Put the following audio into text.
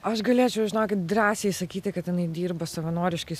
aš galėčiau žinokit drąsiai sakyti kad jinai dirba savanoriškais